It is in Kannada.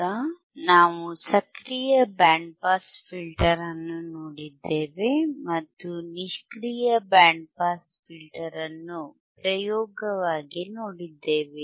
ಈಗ ನಾವು ಸಕ್ರಿಯ ಬ್ಯಾಂಡ್ ಪಾಸ್ ಫಿಲ್ಟರ್ ಅನ್ನು ನೋಡಿದ್ದೇವೆ ಮತ್ತು ನಿಷ್ಕ್ರಿಯ ಬ್ಯಾಂಡ್ ಪಾಸ್ ಫಿಲ್ಟರ್ ಅನ್ನು ಪ್ರಯೋಗವಾಗಿ ನೋಡಿದ್ದೇವೆ